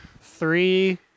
Three